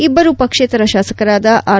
ಇಬ್ಬರು ಪಕ್ಷೇತರ ಶಾಸಕರಾದ ಆರ್